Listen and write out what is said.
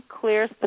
clear